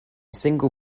single